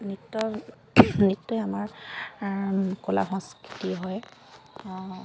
নৃত্য নৃত্যই আমাৰ কলা সংস্কৃতি হয়